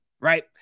right